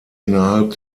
innerhalb